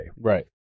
Right